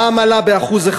המע"מ עלה ב-1%.